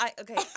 okay